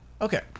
Okay